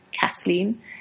Kathleen